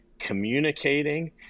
communicating